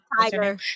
Tiger